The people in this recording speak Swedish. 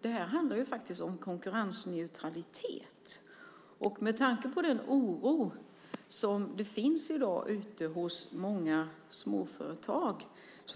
Det handlar om konkurrensneutralitet. Med tanke på den oro som finns i dag ute hos många småföretag